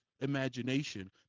imagination